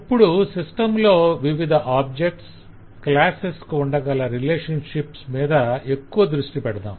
ఇప్పుడు సిస్టం లో వివిధ ఆబ్జెక్ట్స్ క్లాసెస్ కు ఉండగల రిలేషన్షిప్స్ మీద ఎక్కువ దృష్టి పెడదాం